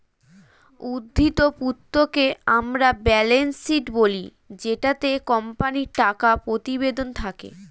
উদ্ধৃত্ত পত্রকে আমরা ব্যালেন্স শীট বলি জেটাতে কোম্পানির টাকা প্রতিবেদন থাকে